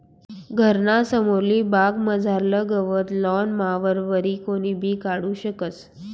घरना समोरली बागमझारलं गवत लॉन मॉवरवरी कोणीबी काढू शकस